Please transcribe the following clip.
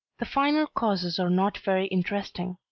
the final causes are not very interesting.